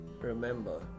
remember